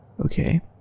Okay